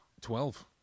Twelve